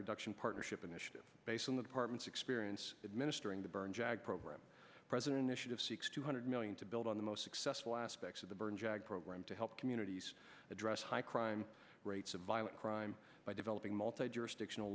reduction partnership initiative based on the department's experience administering the burn jag program president issued of six two hundred million to build on the most successful aspects of the burn jag program to help communities address high crime rates of violent crime by developing multi year stiction